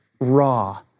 raw